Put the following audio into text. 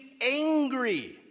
angry